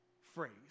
phrase